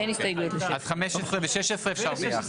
אז אפשר להצביע על סעיפים 15 ו-16 ביחד.